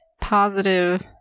positive